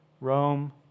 Rome